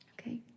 Okay